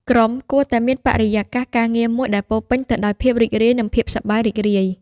ក្រុមគួរតែមានបរិយាកាសការងារមួយដែលពោរពេញទៅដោយភាពរីករាយនិងភាពសប្បាយរីករាយ។